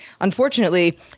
unfortunately